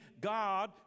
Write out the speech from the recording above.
God